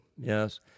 Yes